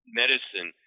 medicine